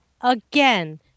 again